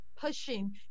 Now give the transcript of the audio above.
pushing